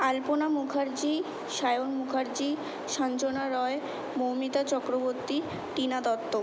Alpana Mukherjee Sayan Mukherjee Sanjana Roy Moumita Chakraborty Tina Dutta